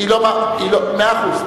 מאה אחוז.